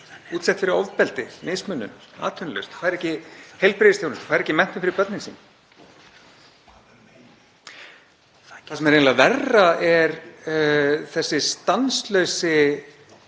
útsett fyrir ofbeldi, mismunun, atvinnulaust, fær ekki heilbrigðisþjónustu, fær ekki menntun fyrir börnin sín. Það sem er eiginlega verra er þessi stanslausi